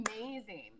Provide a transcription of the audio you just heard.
amazing